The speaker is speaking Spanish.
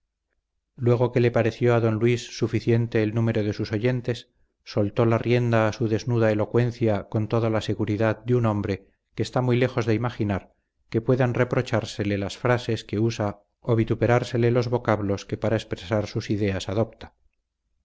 luego que le pareció a don luis suficiente el número de sus oyentes soltó la rienda a su desnuda elocuencia con toda la seguridad de un hombre que está muy lejos de imaginar que puedan reprochársele las frases que usa o vituperársele los vocablos que para expresar sus ideas adopta